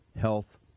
health